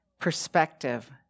perspective